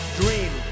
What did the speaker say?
dream